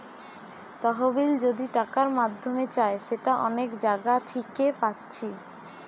তহবিল যদি টাকার মাধ্যমে চাই সেটা অনেক জাগা থিকে পাচ্ছি